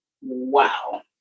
wow